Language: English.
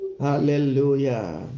Hallelujah